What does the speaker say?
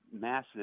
massive